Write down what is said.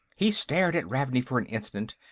he stared at ravney for an instant,